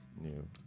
New